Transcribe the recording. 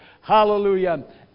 Hallelujah